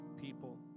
people